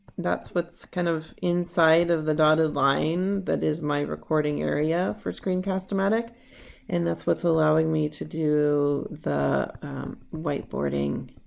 that's what's kind of inside of the dotted line that is my recording area for screencast-o-matic and that's what's allowing me to do the whiteboarding